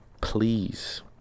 please